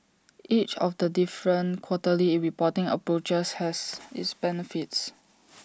each of the different quarterly reporting approaches has its benefits